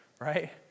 right